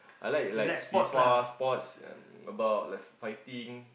I like like FIFA sports um about like fighting